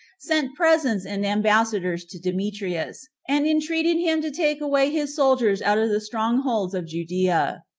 sent presents and ambassadors to demetrius, and entreated him to take away his soldiers out of the strong holds of judea.